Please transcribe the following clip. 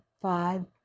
five